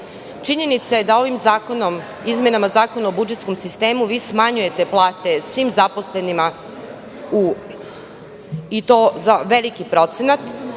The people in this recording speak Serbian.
Činjenica je da ovim zakonom, izmenama Zakona o budžetskom sistemu smanjujete plate svim zaposlenima i to za veliki procenat.